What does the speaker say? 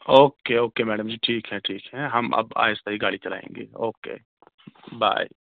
okay okay madam جی ٹھیک ہے ٹھیک ہے ہم اب آہستہ ہی گاڑی چلائیں گے اوکے بائے